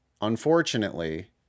unfortunately